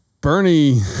Bernie